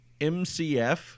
MCF